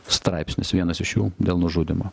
straipsnius vienas iš jų dėl nužudymo